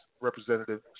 representative